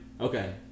okay